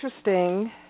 interesting